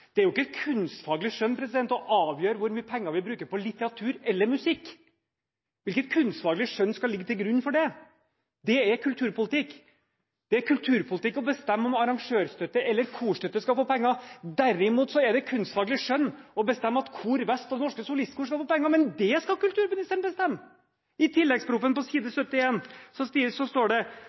Det er jo ikke kunstfaglig skjønn å avgjøre hvor mye penger vi bruker på litteratur eller musikk. Hvilket kunstfaglig skjønn skal ligge til grunn for det? Det er kulturpolitikk. Det er kulturpolitikk å bestemme om arrangørstøtte eller korstøtte skal få penger. Derimot er det kunstfaglig skjønn å bestemme at Kor Vest og Det Norske Solistkor skal få penger, men det skal kulturministeren bestemme. På side 71 i Prop. 1 S Tillegg 1 for 2013–2014 står det